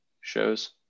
shows